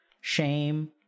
shame